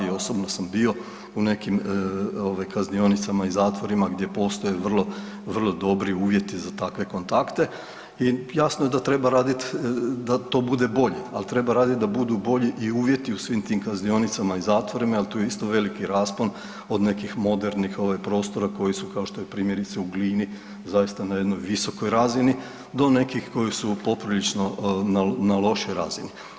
Osobno sam bio u nekim kaznionicama i zatvorima gdje postoje vrlo dobri uvjeti za takve kontakte i jasno je da treba raditi da to bude bulje, ali treba raditi da budu bolji i uvjeti u svim tim kaznionicama i zatvorima jel tu je isto veliki raspon od nekih modernih prostora koji su kao što je primjerice u Glini zaista na jednoj visokoj razini do nekih koji su na poprilično lošoj razini.